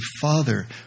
father